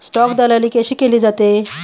Stock दलाली कशी केली जाते?